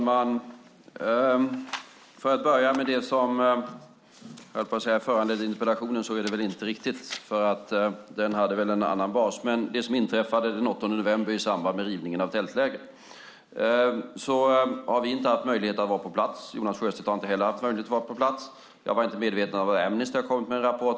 Herr talman! Det som föranledde interpellationen hade väl en annan bas, men för att börja med det som inträffade den 8 november i samband med rivningen av tältlägren vill jag säga att vi inte haft möjlighet att vara på plats. Jonas Sjöstedt har inte heller haft möjlighet att vara på plats. Jag var inte medveten om att Amnesty kommit med en rapport.